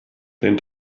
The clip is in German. den